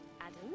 Adam